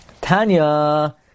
Tanya